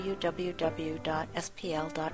www.spl.org